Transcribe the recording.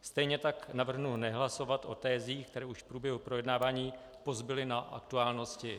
Stejně tak navrhnu nehlasovat o tezích, které už v průběhu projednávání pozbyly na aktuálnosti.